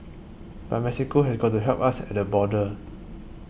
but Mexico has got to help us at the border